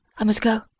i must go.